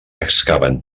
excaven